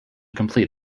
complete